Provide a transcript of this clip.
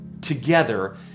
together